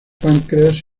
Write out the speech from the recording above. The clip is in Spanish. páncreas